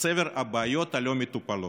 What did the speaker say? בצבר הבעיות הלא-מטופלות: